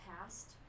past